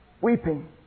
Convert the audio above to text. weeping